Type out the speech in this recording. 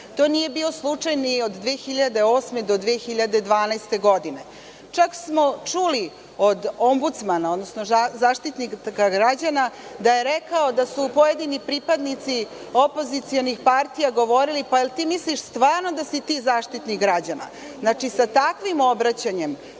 to nije bio slučaj ni od 2008. do 2012. godine. Čak smo čuli od Ombudsmana, odnosno Zaštitnika građana da je rekao da su pojedini pripadnici opozicionih partija govorili – pa, jel ti misliš stvarno da si ti Zaštitnik građana? Znači, sa takvim obraćanjem